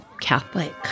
Catholic